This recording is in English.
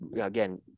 again